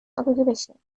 occupation